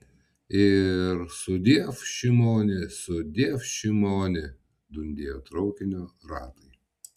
ir sudiev šimoni sudiev šimoni dundėjo traukinio ratai